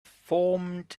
formed